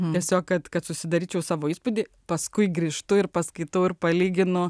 tiesiog kad kad susidaryčiau savo įspūdį paskui grįžtu ir paskaitau ir palyginu